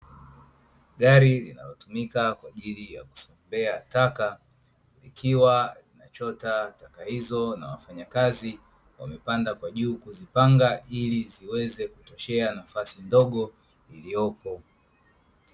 Gari linalotumika kwa ajili ya kusombea taka likiwa linachota taka hizo na wafanya kazi wamepanda kwa juu kuzipanga ili ziweze kutoshea nafasi ndogo iliyopo.